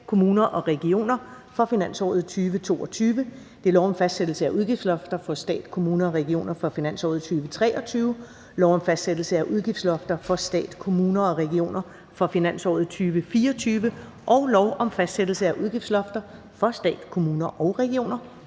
kommuner og regioner for finansåret 2022, lov om fastsættelse af udgiftslofter for stat, kommuner og regioner for finansåret 2023, lov om fastsættelse af udgiftslofter for stat, kommuner og regioner for finansåret 2024 og lov om fastsættelse af udgiftslofter for stat, kommuner og regioner